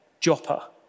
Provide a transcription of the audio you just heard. Joppa